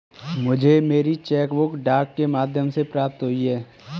मुझे मेरी cheque book डाक के माध्यम से प्राप्त हुई है